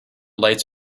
lights